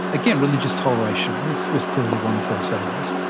again, religious toleration was was clearly one of those values.